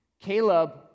Caleb